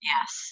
Yes